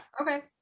Okay